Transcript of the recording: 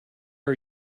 are